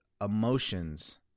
emotions